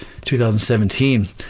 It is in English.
2017